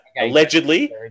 Allegedly